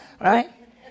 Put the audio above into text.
Right